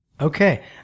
Okay